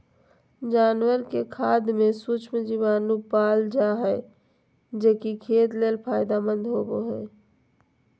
जानवर के खाद में सूक्ष्म जीवाणु पाल जा हइ, जे कि खेत ले फायदेमंद होबो हइ